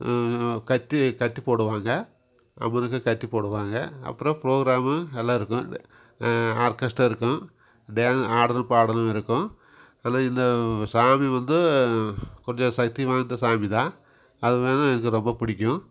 கத்தி கத்தி போடுவாங்க அப்புறம் கத்தி போடுவாங்க அப்புறோம் ப்ரோக்ராமு எல்லாம் இருக்கும் ஆர்கஸ்ட்டாக இருக்கும் டே ஆடல் பாடல் இருக்கும் ஆனால் இந்த சாமி வந்து கொஞ்சம் சத்தி வாய்ந்த சாமி தான் அது வேணுணா எனக்கு ரொம்ப பிடிக்கும்